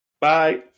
bye